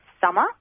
summer